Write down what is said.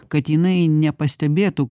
kad jinai nepastebėtų